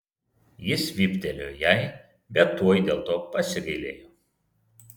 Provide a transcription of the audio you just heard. jis vyptelėjo jai bet tuoj dėl to pasigailėjo